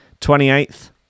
28th